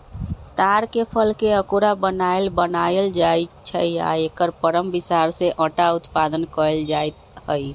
तार के फलके अकूरा बनाएल बनायल जाइ छै आ एकर परम बिसार से अटा उत्पादन कएल जाइत हइ